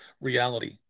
reality